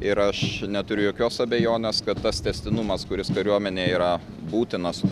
ir aš neturiu jokios abejonės kad tas tęstinumas kuris kariuomenėje yra būtinas